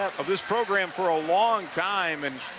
of this program for a long time and.